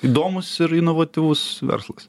įdomūs ir inovatyvus verslas